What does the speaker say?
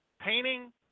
painting